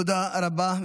תודה רבה.